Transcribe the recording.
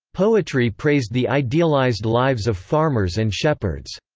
poetry praised the idealized lives of farmers and shepherds.